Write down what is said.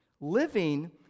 Living